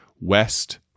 West